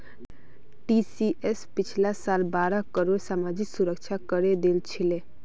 TCS पिछला साल बारह करोड़ सामाजिक सुरक्षा करे दिल छिले